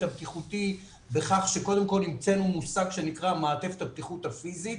הבטיחותי בכך שקודם כל המצאנו מושג שנקרא מעטפת הבטיחות הפיזית,